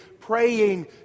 praying